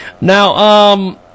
Now